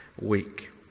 week